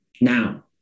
now